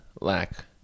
lack